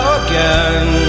again